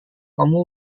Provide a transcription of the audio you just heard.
kamu